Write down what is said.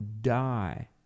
die